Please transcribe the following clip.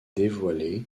dévoilé